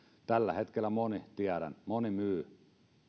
tällä hetkellä tiedän moni myy